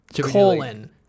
colon